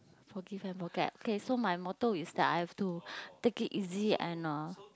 forgive and forget K so my motto is that I have to take it easy and uh